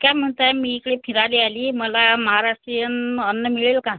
मी काय म्हणत आहे मी इकडे फिरायला आली मला महाराष्ट्रीयन अन्न मिळेल का